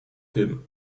him